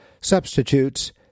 Substitutes